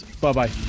bye-bye